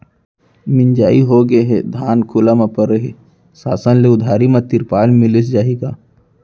मिंजाई होगे हे, धान खुला म परे हे, शासन ले उधारी म तिरपाल मिलिस जाही का?